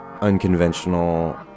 unconventional